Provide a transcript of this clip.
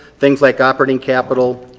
things like operating capital,